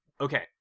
Okay